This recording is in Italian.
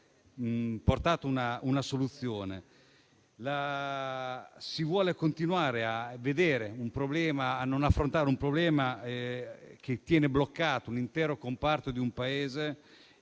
portato a una soluzione. Si vuole continuare a non affrontare un problema che tiene bloccato l'intero comparto di un Paese